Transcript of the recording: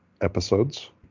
episodes